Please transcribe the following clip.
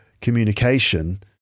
communication